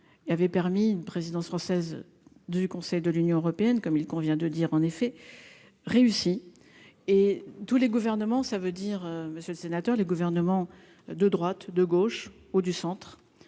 avait permis une présidence française du Conseil de l'Union européenne comme il convient de dire en effet réussi et tous les gouvernements, ça veut dire monsieur le sénateur, les gouvernements de droite, de gauche ou du centre,